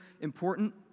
important